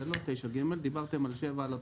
זה לא 9(ג), דיברתם על 7, על התוספות.